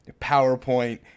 powerpoint